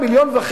1.5 מיליון?